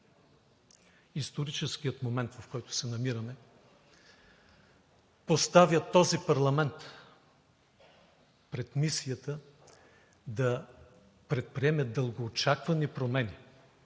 Историческият момент, в който се намираме, поставя този парламент пред мисията да предприеме дългоочаквани промени